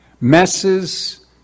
Messes